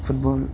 football